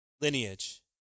lineage